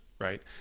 right